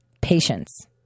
Patience